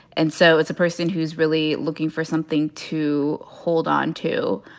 and so it's a person who's really looking for something to hold on to,